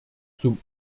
zum